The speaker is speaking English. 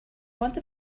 wonder